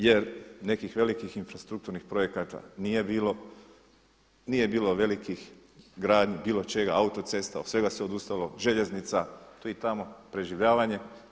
Jer nekih velikih infrastrukturnih projekata nije bilo, nije bilo velikih gradnji bilo čega autocesta, od svega se odustalo, željeznica tu i tamo preživljavanje.